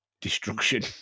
destruction